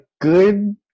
good